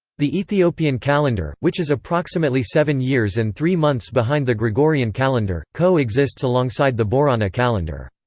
the ethiopian calendar, which is approximately seven years and three months behind the gregorian calendar, co-exists alongside the borana calendar.